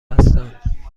هستند